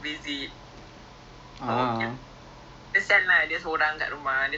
apa seorang ah sampai or rather act a bit pelik you know